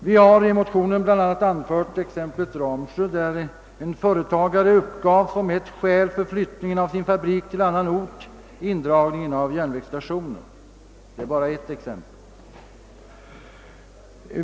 Vi har i motionen bl.a. anfört exemplet Ramsjö där en företagare som ett skäl för flyttningen av sin fabrik till annan ort uppgav indragning av järnvägsstationen. Det är bara ett exempel.